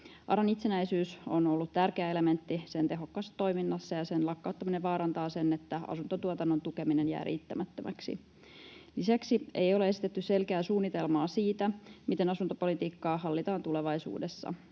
ARAn itsenäisyys on ollut tärkeä elementti sen tehokkaassa toiminnassa, ja sen lakkauttaminen aiheuttaa vaaran, että asuntotuotannon tukeminen jää riittämättömäksi. Lisäksi ei ole esitetty selkeää suunnitelmaa siitä, miten asuntopolitiikkaa hallitaan tulevaisuudessa.